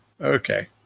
Okay